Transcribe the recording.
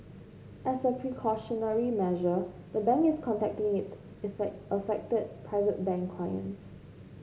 as a precautionary measure the bank is contacting its affected Private Bank clients